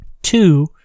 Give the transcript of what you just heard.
Two